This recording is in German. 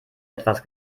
etwas